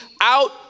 out